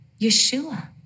Yeshua